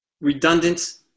redundant